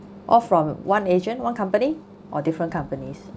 all from one asian one company or different companies